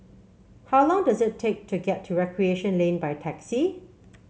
how long does it take to get to Recreation Lane by taxi